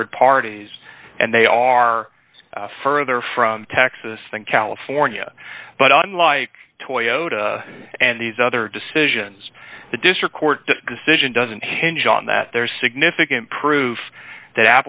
rd parties and they are further from texas than california but on like toyota and these other decisions the district court decision doesn't hinge on that there's significant proof that